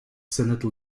senate